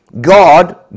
God